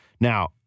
Now